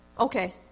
Okay